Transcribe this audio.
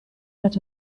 met